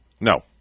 No